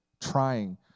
trying